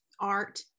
art